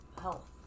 health